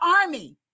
army